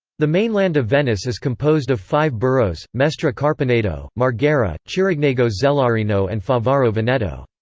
the mainland of venice is composed of five boroughs mestre-carpenedo, marghera, chirignago-zelarino and favaro veneto.